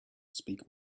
speak